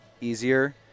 easier